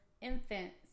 infants